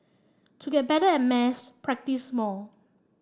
to get better at maths practise more